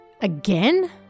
Again